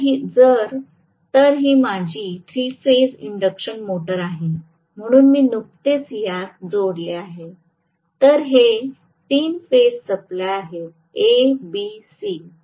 तर ही माझी थ्री फेज इंडक्शन मोटर आहे म्हणून मी नुकतेच यास जोडले आहे तर हे तीन फेजचे सप्लाय आहेत ए बी सी